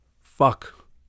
Fuck